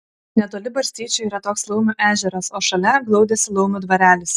netoli barstyčių yra toks laumių ežeras o šalia glaudėsi laumių dvarelis